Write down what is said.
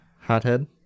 hothead